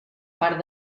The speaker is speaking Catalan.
part